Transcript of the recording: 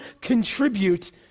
contribute